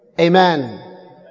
Amen